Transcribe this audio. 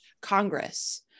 Congress